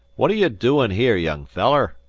what are you doin' here, young feller?